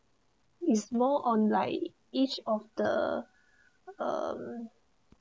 is more on like each of the um